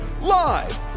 Live